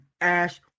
Ash